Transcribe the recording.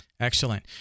Excellent